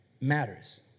matters